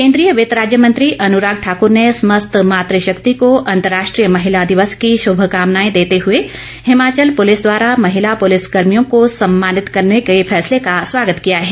केंद्रीय वित्त राज्य मंत्री अनुराग ठाकूर ने समस्त मातुशक्ति को अंतरराष्ट्रीय महिला दिवस की शुभकामनाएँ देते हुए हिमाचल पुलिस द्वारा महिला पुलिस कर्मियों को सम्मानित करने के फैसले का स्वागत किया है